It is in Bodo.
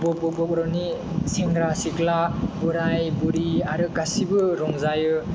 बर'नि सेंग्रा सिख्ला बोराय बुरै आरो गासैबो रंजायो